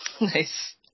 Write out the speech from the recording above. Nice